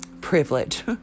privilege